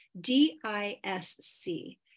D-I-S-C